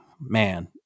man